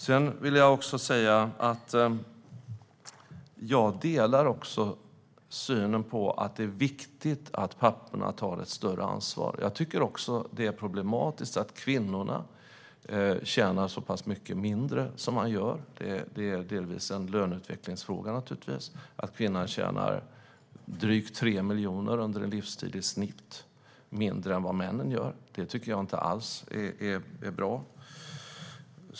Jag vill också säga att jag delar synen på att det är viktigt att papporna tar ett större ansvar. Jag tycker också att det är problematiskt att kvinnor tjänar så pass mycket mindre än män. Det är naturligtvis delvis en löneutvecklingsfråga att kvinnor under en livstid tjänar i snitt drygt 3 miljoner mindre än vad män gör. Det tycker jag inte alls är bra.